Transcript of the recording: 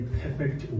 perfect